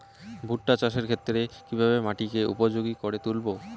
ভুট্টা চাষের ক্ষেত্রে কিভাবে মাটিকে উপযোগী করে তুলবো?